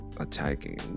attacking